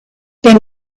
been